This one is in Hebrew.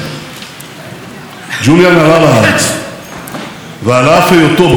ג'וליאן עלה לארץ ועל אף היותו בן יחיד הוריו